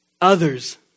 others